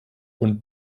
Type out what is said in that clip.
und